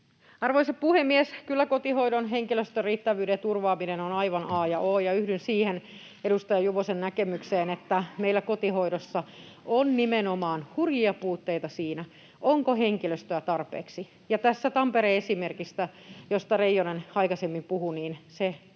Arvoisa puhemies! Kyllä kotihoidon henkilöstön riittävyyden turvaaminen on aivan a ja o, ja yhdyn siihen edustaja Juvosen näkemykseen, että meillä kotihoidossa on nimenomaan hurjia puutteita siinä, onko henkilöstöä tarpeeksi. Tässä Tampereen esimerkissä, josta Reijonen aikaisemmin puhui, se tulee